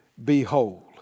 Behold